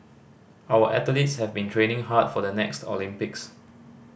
our athletes have been training hard for the next Olympics